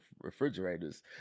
refrigerators